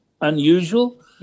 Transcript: unusual